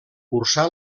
cursà